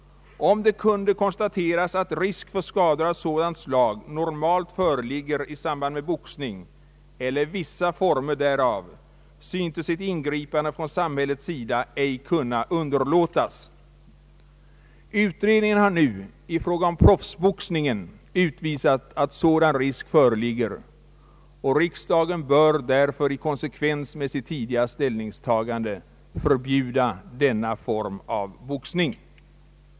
Om det kunde konstateras att risk för skada av sådant slag normalt föreligger i samband med boxning eller vissa former därav syntes ett ingripande från samhällets sida ej kunna underlåtas. Utredningen har nu i fråga om proffsboxningen utvisat att sådan risk föreligger, och riksdagen bör därför i konsekvens med sitt tidigare ställningstagande förbjuda denna form av boxning.